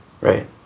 Right